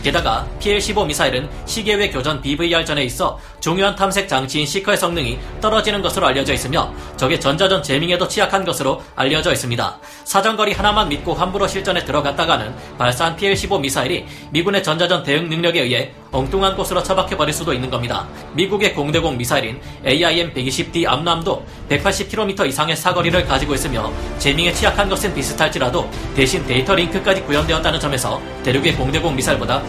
게다가 PL-15 미사일은 시계 외 교전 BVR전에 있어 중요한 탐색 장치인 시커의 성능이 떨어지는 것으로 알려져 있으며 적의 전자전 재밍에도 취약한 것으로 알려져 있습니다. 사정거리 하나만 믿고 함부로 실전에 들어갔다가는 발사한 PL-15 미사일이 미군의 전자전 대응 능력에 의해 엉뚱한 곳으로 처박혀버릴 수도 있는 겁니다. 미국의 공대공 미사일인 AIM-120D 암람도 180km 이상의 사거리를 가지고 있으며 재밍에 취약한 것은 비슷할지라도 대신 데이터 링크까지 구현되었다는 점에서 대륙의 공대공 미사일보다